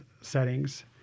settings